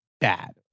bad